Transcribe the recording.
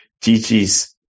Gigi's